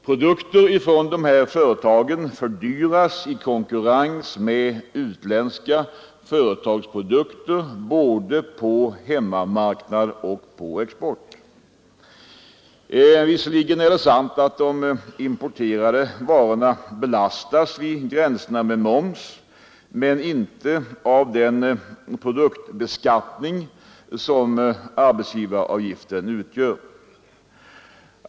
Produkter från dessa företag fördyras i konkurrens med utländska företags produkter både på hemmamarknad och vid export. Visserligen är det sant att de importerade varorna belastas vid gränserna med moms men de belastas inte av den produktbeskattning som arbetsgivaravgiften utgör.